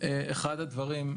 אחד הדברים,